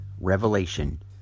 Revelation